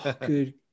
Good